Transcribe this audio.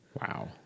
Wow